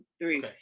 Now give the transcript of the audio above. three